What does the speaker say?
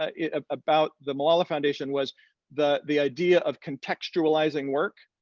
ah ah about the malala foundation, was the the idea of contextualizing work.